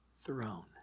throne